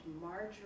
Marjorie